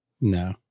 No